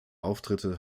auftritte